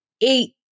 eight